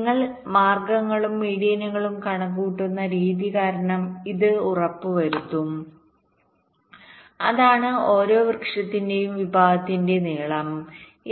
നിങ്ങൾ മാർഗ്ഗങ്ങളും മീഡിയനുകളും കണക്കുകൂട്ടുന്ന രീതി കാരണം ഇത് ഉറപ്പുവരുത്തും അതാണ് ഓരോ വൃക്ഷത്തിന്റെയും വിഭാഗത്തിന്റെ നീളം